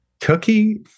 cookie